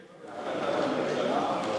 וצריכים,